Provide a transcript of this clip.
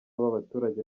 abaturage